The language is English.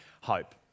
hope